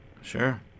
Sure